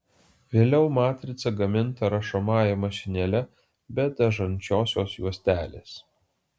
vėliau matrica gaminta rašomąja mašinėle be dažančiosios juostelės